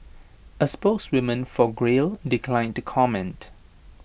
A spokeswoman for Grail declined to comment